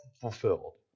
fulfilled